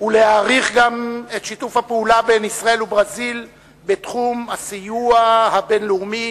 ולהעריך גם את שיתוף הפעולה בין ישראל וברזיל בתחום הסיוע הבין-לאומי,